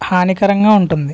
హానికరంగా ఉంటుంది